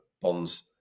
bonds